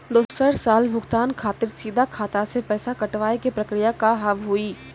दोसर साल भुगतान खातिर सीधा खाता से पैसा कटवाए के प्रक्रिया का हाव हई?